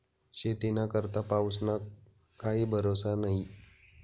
शेतीना करता पाऊसना काई भरोसा न्हई